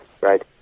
right